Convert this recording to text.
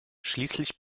schließlich